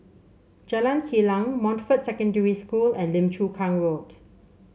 Jalan Kilang Montfort Secondary School and Lim Chu Kang Road